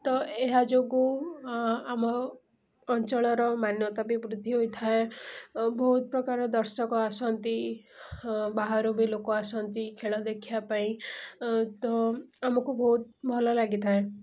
ତ ଏହା ଯୋଗୁଁ ଆମ ଅଞ୍ଚଳର ମାନ୍ୟତା ବି ବୃଦ୍ଧି ହୋଇଥାଏ ବହୁତପ୍ରକାର ଦର୍ଶକ ଆସନ୍ତି ବାହାରୁ ବି ଲୋକ ଆସନ୍ତି ଖେଳ ଦେଖିବା ପାଇଁ ତ ଆମକୁ ବହୁତ ଭଲ ଲାଗିଥାଏ